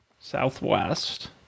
southwest